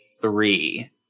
three